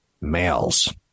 Males